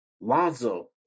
Lonzo